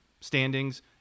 standings